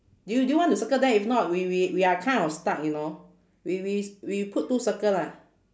do do you want to circle that if not we we we are kind of stuck you know we we c~ we put two circle lah